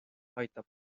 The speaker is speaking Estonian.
aitab